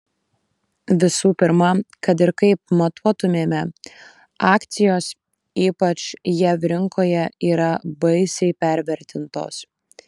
visų pirma kad ir kaip matuotumėme akcijos ypač jav rinkoje yra baisiai pervertintos